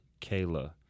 Kayla